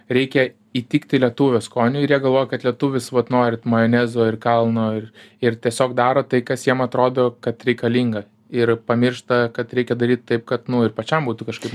reikia įtikti lietuvio skoniui ir jie galvojo kad lietuvis vat nori majonezo ir kalno ir ir tiesiog daro tai kas jiem atrodo kad reikalinga ir pamiršta kad reikia daryt taip kad ir pačiam būtų kažkaip